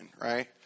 right